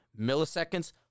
milliseconds